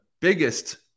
biggest